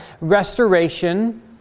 restoration